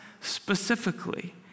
specifically